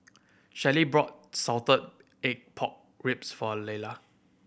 Shelley brought salted egg pork ribs for